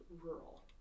Rural